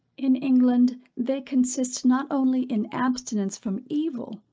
in england they consist not only in abstinence from evil,